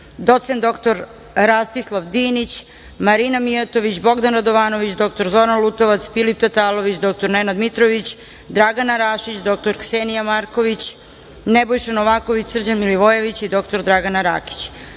doc. dr Rastislav Dinić, Marina Mijatović, Bogdan Radovanović, dr Zoran Lutovac, Filip Tatalović, dr Nenad Mitrović, Dragana Rašić, dr Ksenija Marković, Nebojša Novaković, Srđan Milivojević i dr Dragana